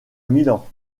milan